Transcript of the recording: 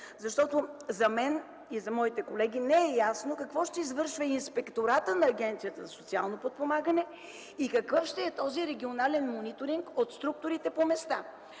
защото за мен и за моите колеги не е ясно какво ще извършва Инспекторатът на Агенцията за социално подпомагане и какъв ще е този регионален мониторинг от структурите по места?